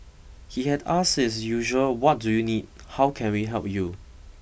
he had asked his usual what do you need how can we help you